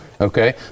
okay